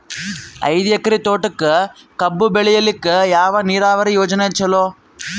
ಐದು ಎಕರೆ ತೋಟಕ ಕಬ್ಬು ಬೆಳೆಯಲಿಕ ಯಾವ ನೀರಾವರಿ ಯೋಜನೆ ಚಲೋ?